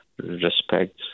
respect